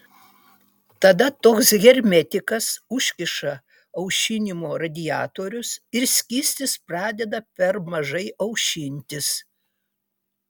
tada toks hermetikas užkiša aušinimo radiatorius ir skystis pradeda per mažai aušintis